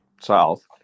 south